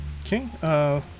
Okay